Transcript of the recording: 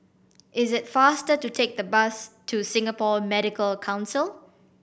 is it faster to take the bus to Singapore Medical Council